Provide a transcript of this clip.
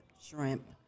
shrimp